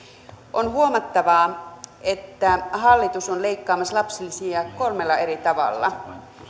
on huomattavaa että hallitus on leikkaamassa lapsilisiä kolmella eri tavalla